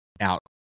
out